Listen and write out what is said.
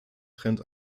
trennt